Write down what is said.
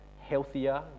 healthier